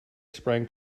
sprang